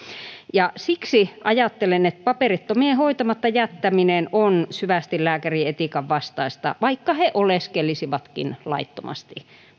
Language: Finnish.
siksi ajattelen että paperittomien hoitamatta jättäminen on syvästi lääkärin etiikan vastaista vaikka he oleskelisivatkin laittomasti